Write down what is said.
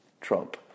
Trump